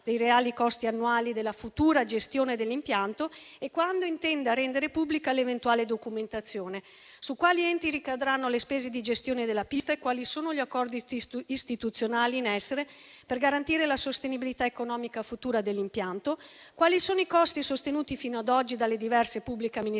dei reali costi annuali della futura gestione dell'impianto e quando intenda rendere pubblica l'eventuale documentazione; su quali enti ricadranno le spese di gestione della pista e quali sono gli accordi istituzionali in essere per garantire la sostenibilità economica futura dell'impianto; quali sono i costi sostenuti fino ad oggi dalle diverse pubbliche amministrazioni,